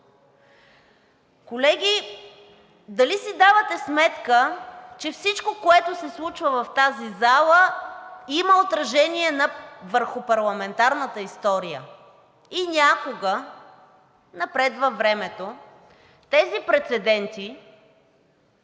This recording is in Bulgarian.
Колеги, дали си давате сметка, че всичко, което се случва в тази зала, има отражение върху парламентарната история и някога напред във времето тези прецеденти